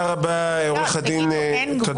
תודה רבה, עורך הדין שפטל.